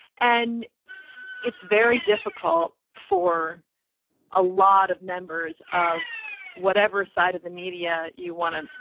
and it's very difficult for a lot of members of whatever side of the media you want to,